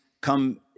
come